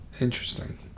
Interesting